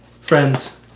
friends